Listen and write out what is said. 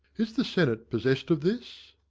is the senate possessed of this?